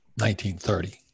1930